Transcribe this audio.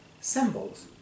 symbols